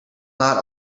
not